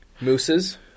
Mooses